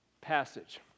passage